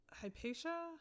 hypatia